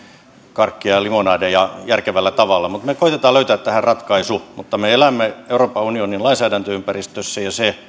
karkkia ja limonadeja järkevällä tavalla me koetamme löytää tähän ratkaisun mutta me elämme euroopan unionin lainsäädäntöympäristössä ja se